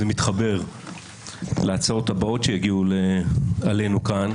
וזה מתחבר להצעות הבאות שיגיעו עלינו כאן: